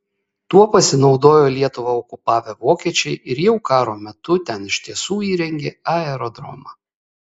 tuo pasinaudojo lietuvą okupavę vokiečiai ir jau karo metu ten iš tiesų įrengė aerodromą